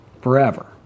forever